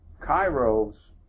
Cairo's